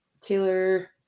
Taylor